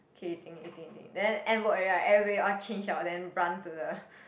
okay eating eating eating then end work already right everybody change out then run to the